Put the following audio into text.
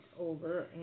over